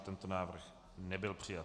Tento návrh nebyl přijat.